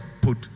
put